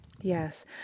Yes